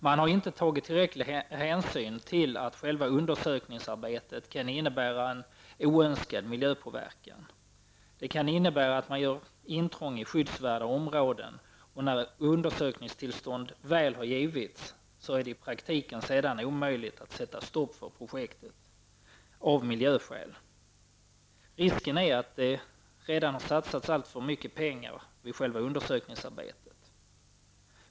Man har inte tagit tillräcklig hänsyn till att själva undersökningsarbetet kan innebära en oönskad miljöpåverkan. Det kan innebära att man gör intrång i skyddsvärda områden. När undersökningstillstånd väl har givits är det i praktiken omöjligt att sedan sätta stopp för projektet -- av miljöskäl. Risken är att det redan har satsats alltför mycket pengar vid själva undersökningsarbetet.